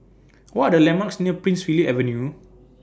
What Are The landmarks near Prince Philip Avenue